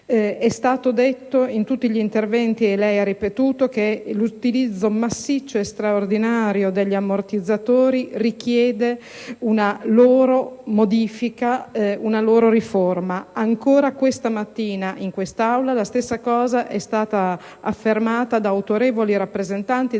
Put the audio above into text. È stato detto in tutti gli interventi - e lei lo ha ripetuto - che l'utilizzo massiccio e straordinario degli ammortizzatori richiede una loro modifica e una loro riforma. Ancora questa mattina in Aula la stessa affermazione è stata fatta da autorevoli rappresentanti